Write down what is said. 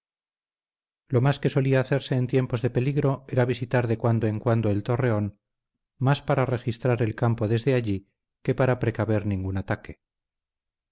lo más que solía hacerse en tiempos de peligro era visitar de cuando en cuando el torreón más para registrar el campo desde allí que para precaver ningún ataque